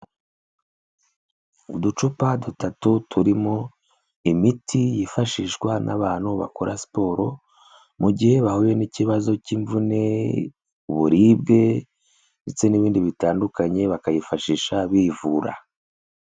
Uducupa dutatu turimo imiti yifashishwa n'abantu bakora siporo, mu gihe bahuye n'ikibazo cy'imvune, uburibwe ndetse n'ibindi bitandukanye, bakayifashisha bivura.